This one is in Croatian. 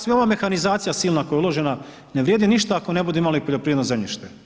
Sve ova mehanizacija silna koja je uložena, ne vrijedi ništa ako ne budu imali poljoprivredno zemljište.